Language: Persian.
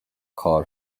کار